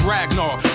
Ragnar